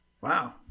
wow